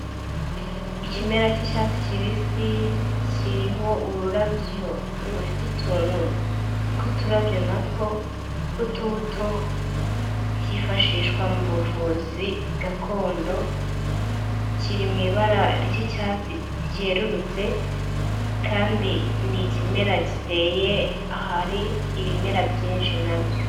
Ikimera cy'icyatsi kibisi kiriho ururabyo rufite utuntu tw'uturabyo na two tw'utubuto, byifashishwa mu buvuzi gakondo kiri mu ibara ry'icyatsi ryerurutse, kandi ni ikimera giteye ahari ibimera byinshi nabyo.